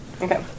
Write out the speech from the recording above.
Okay